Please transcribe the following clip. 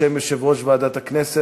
בשם יושב-ראש ועדת הכנסת,